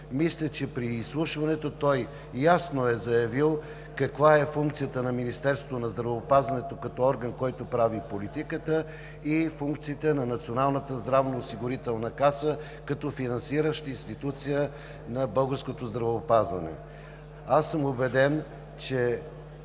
Мисля, че при изслушването той ясно е заявил каква е функцията на Министерството на здравеопазването като орган, който прави политиката и функциите на Националната здравноосигурителна каса като финансираща институция на българското здравеопазване. Аз съм убеден, че